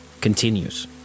continues